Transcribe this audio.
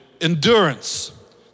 endurance